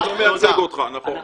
אני לא מייצג אותך, נכון.